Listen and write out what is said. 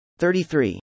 33